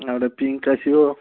ଆଉ ଗୋଟେ ପିଙ୍କ୍ ଆସିବ